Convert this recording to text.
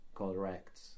Correct